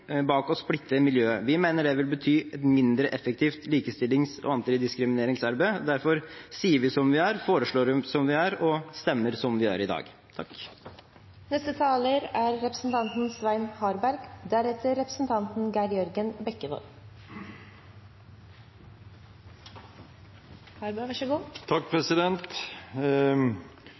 bak å splitte miljøet. Vi mener det vil bety et mindre effektivt likestillings- og antidiskrimineringsarbeid. Derfor sier vi som vi gjør, foreslår som vi gjør, og stemmer som vi gjør, i dag. Det er